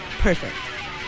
Perfect